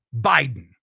Biden